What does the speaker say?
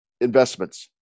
investments